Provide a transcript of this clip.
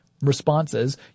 responses